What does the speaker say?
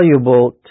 valuable